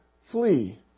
Flee